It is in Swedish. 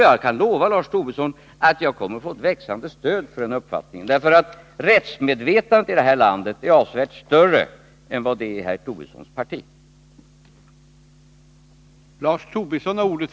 Jag kan lova, Lars Tobisson, att jag kommer att få ett växande stöd för den uppfattningen, eftersom rättsmedvetandet i det här landet som helhet är avsevärt större än vad det är i herr Tobissons parti.